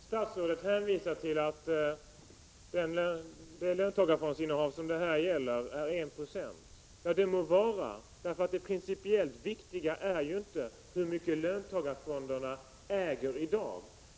Herr talman! Statsrådet hänvisar till att löntagarfondsinnehavet i detta fall är 1 90. Det må vara — det principiellt viktiga är ju inte hur mycket löntagarfonderna äger i dag.